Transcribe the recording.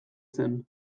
zen